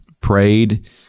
prayed